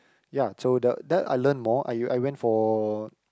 ya so the that I learn more I I went for